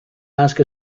ask